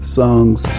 songs